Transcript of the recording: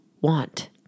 want